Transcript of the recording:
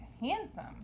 handsome